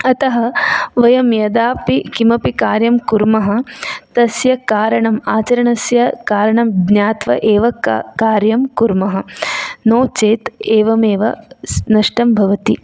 अतः वयं यदापि किमपि कार्यं कुर्मः तस्य कारणम् आचरणस्य कारणं ज्ञात्वा एव का कार्यं कुर्मः नो चेत् एवमेव नष्टं भवति